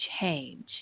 change